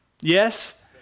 Yes